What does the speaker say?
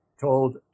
told